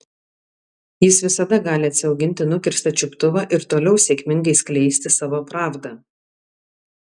jis visada gali atsiauginti nukirstą čiuptuvą ir toliau sėkmingai skleisti savo pravdą